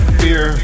fear